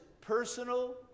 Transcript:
personal